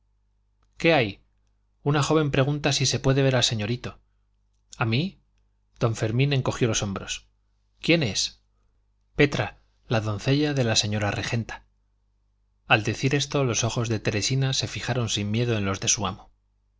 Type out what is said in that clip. qué hay una joven pregunta si se puede ver al señorito a mí don fermín encogió los hombros quién es petra la doncella de la señora regenta al decir esto los ojos de teresina se fijaron sin miedo en los de su amo